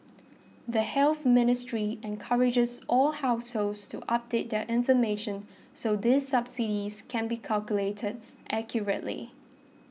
the Health Ministry encourages all households to update their information so these subsidies can be calculated accurately